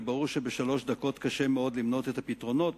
וברור שבשלוש דקות קשה מאוד למנות את הפתרונות.